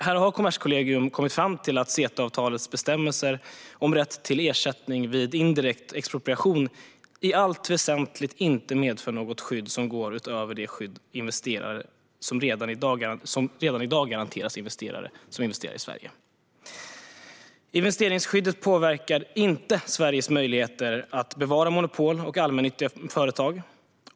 Här har Kommerskollegium kommit fram till att CETA-avtalets bestämmelser om rätt till ersättning vid indirekt expropriation i allt väsentligt inte medför något skydd som går utöver det skydd som redan i dag garanteras investerare som investerar i Sverige. Investeringsskyddet påverkar inte Sveriges möjligheter att bevara monopol och allmännyttiga företag.